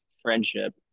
friendship